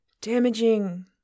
damaging